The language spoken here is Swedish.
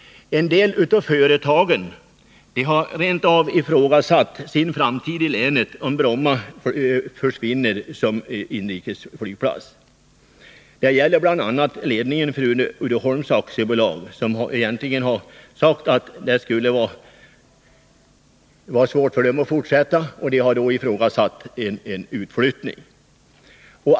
En del av företagen har rent av ifrågasatt sin framtid i länet, om Bromma försvinner som inrikesflygplats. Det gäller bl.a. ledningen för Uddeholm AB, som sagt att det skulle vara svårt för dem att fortsätta i länet under sådana förhållanden och att de då skulle överväga en utflyttning.